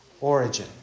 origin